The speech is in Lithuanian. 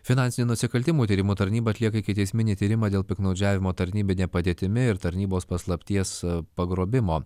finansinių nusikaltimų tyrimų tarnyba atlieka ikiteisminį tyrimą dėl piktnaudžiavimo tarnybine padėtimi ir tarnybos paslapties pagrobimo